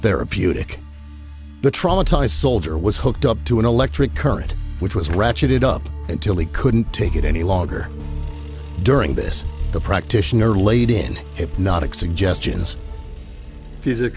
therapeutic the traumatised soldier was hooked up to an electric current which was ratcheted up until he couldn't take it any longer during this the practitioner laid in